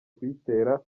kuyitera